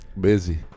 Busy